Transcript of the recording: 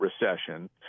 recession